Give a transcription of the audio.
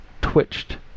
twitched